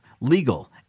legal